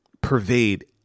pervade